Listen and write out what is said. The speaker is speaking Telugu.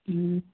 ఆ